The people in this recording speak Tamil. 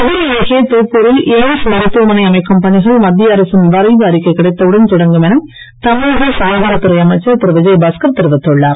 மதுரை அருகே தோப்பூரில் எய்ம்ஸ் மருத்துவமனை அமைக்கும் பணிகள் மத்திய அரசின் வரைவு அறிக்கை கிடைத்தவுடன் தொடங்கும் என தமிழக சுகாதாரத் துறை அமைச்சர் திரு விஜயபாஸ்கர் தெரிவித்துள்ளார்